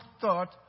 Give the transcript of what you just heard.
thought